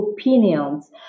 opinions